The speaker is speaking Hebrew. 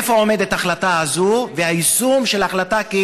איפה עומדת ההחלטה הזאת והיישום של ההחלטה?